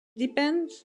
depends